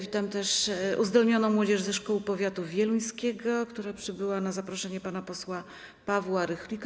Witam też uzdolnioną młodzież ze szkół powiatu wieluńskiego, która przybyła na zaproszenie pana posła Pawła Rychlika.